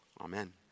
amen